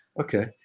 Okay